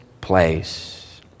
place